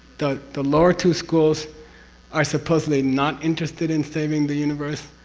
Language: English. the the lower two schools are supposedly not interested in saving the universe,